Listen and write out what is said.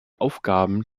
aufgaben